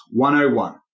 101